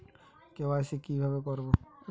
KYC কিভাবে করব?